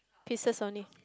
pieces only